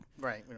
Right